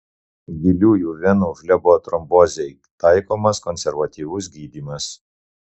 giliųjų venų flebotrombozei taikomas konservatyvus gydymas